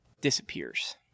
disappears